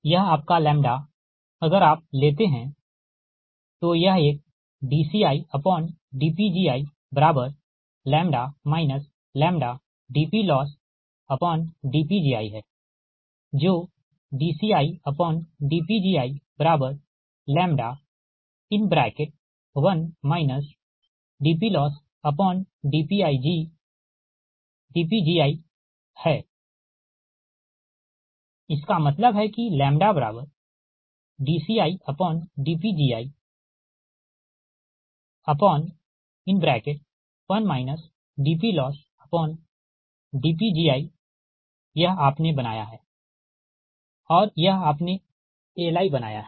यह आपका अगर आप लेते हैं तो यह एक dCidPgiλ dPLossdPgi है जो dCidPgiλ1 dPLossdPgiहै इसका मतलब है कि λdCidPgi1 dPLossdPgi यह आपने बनाया है और यह आपने Li बनाया है